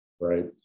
Right